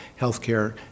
healthcare